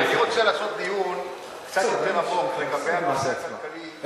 אני רוצה לעשות דיון קצת יותר עמוק לגבי הנושא הכלכלי.